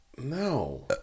no